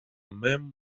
mem